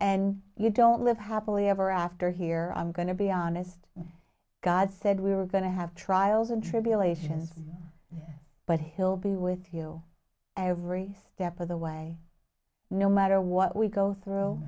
and you don't live happily ever after here i'm going to be honest god said we were going to have trials and tribulations but hill be with you every step of the way no matter what we go through